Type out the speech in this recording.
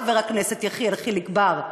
חבר הכנסת יחיאל חיליק בר.